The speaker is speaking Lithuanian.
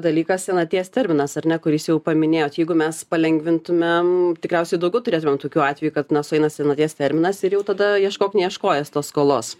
dalykas senaties terminas ar ne kurį jūs jau paminėjot jeigu mes palengvintumėm tikriausiai daugiau turėtumėm tokių atvejų kad na sueina senaties terminas ir jau tada ieškok neieškojęs tos skolos